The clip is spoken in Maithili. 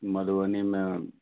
मधुबनीमे